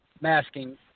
masking